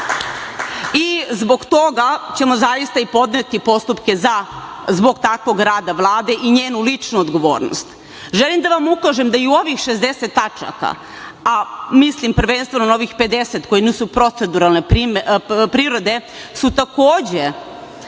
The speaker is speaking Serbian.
i zbog toga ćemo zaista i podneti postupke zbog takvog rada Vlade i njenu ličnu odgovornost. Želim da vam ukažem da su i u ovih 60 tačaka, a mislim prvenstveno na ovih 50 koje nisu proceduralne prirode, takođe